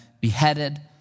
beheaded